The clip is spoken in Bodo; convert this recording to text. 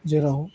जेराव